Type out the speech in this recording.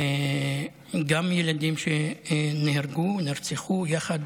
גם ילדים שנהרגו, נרצחו, יחד